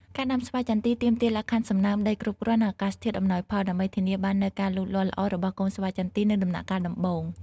ការដាំស្វាយចន្ទីទាមទារលក្ខខណ្ឌសំណើមដីគ្រប់គ្រាន់ និងអាកាសធាតុអំណោយផល ដើម្បីធានាបាននូវការលូតលាស់ល្អរបស់កូនស្វាយចន្ទីនៅដំណាក់កាលដំបូង។